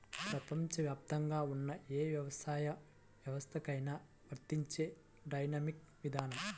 ప్రపంచవ్యాప్తంగా ఉన్న ఏ వ్యవసాయ వ్యవస్థకైనా వర్తించే డైనమిక్ విధానం